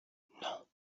non